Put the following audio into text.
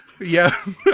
Yes